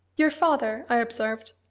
your father, i observed,